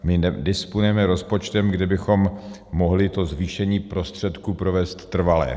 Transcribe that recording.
My nedisponujeme rozpočtem, kdy bychom mohli to zvýšení prostředků provést trvale.